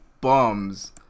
bums